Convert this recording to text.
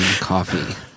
coffee